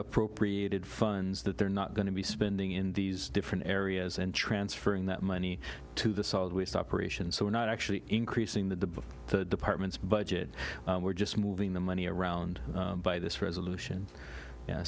appropriated funds that they're not going to be spending in these different areas and transferring that money to the solid waste operations so we're not actually increasing the department's budget we're just moving the money around by this resolution